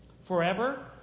Forever